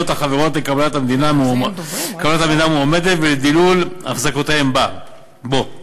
החברות לקבלת המדינה המועמדת ולדילול אחזקותיהן בו.